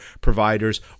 providers